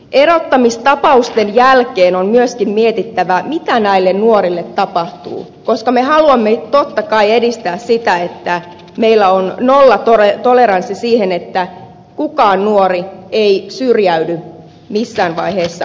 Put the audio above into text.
erottamistapausten jälkeen on myöskin mietittävä mitä näille nuorille tapahtuu koska me haluamme totta kai edistää sitä että meillä on nollatoleranssi sen suhteen että kukaan nuori ei syrjäydy missään vaiheessa elämää